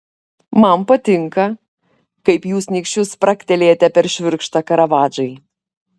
man patinka kaip jūs nykščiu spragtelėjate per švirkštą karavadžai